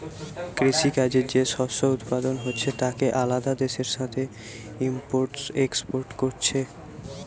কৃষি কাজে যে শস্য উৎপাদন হচ্ছে তাকে আলাদা দেশের সাথে ইম্পোর্ট এক্সপোর্ট কোরছে